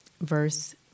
verse